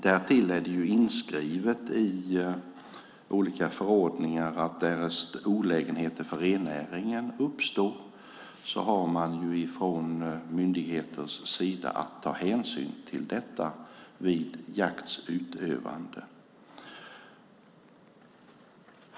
Därtill är det inskrivet i olika förordningar att därest olägenheter för rennäringen uppstår har man från myndigheters sida att ta hänsyn till detta vid jakts utövande.